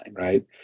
right